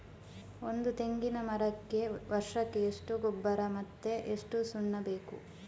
ಒಂದು ತೆಂಗಿನ ಮರಕ್ಕೆ ವರ್ಷಕ್ಕೆ ಎಷ್ಟು ಗೊಬ್ಬರ ಮತ್ತೆ ಎಷ್ಟು ಸುಣ್ಣ ಬೇಕು?